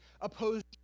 opposed